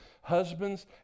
Husbands